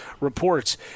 reports